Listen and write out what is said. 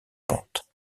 pente